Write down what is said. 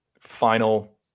final